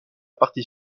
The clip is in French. partie